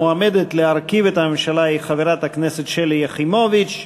המועמדת להרכיב את הממשלה היא חברת הכנסת שלי יחימוביץ,